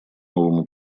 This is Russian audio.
новому